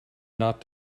not